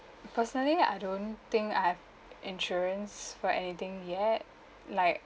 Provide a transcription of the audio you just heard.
personally I don't think I have insurance for anything yet like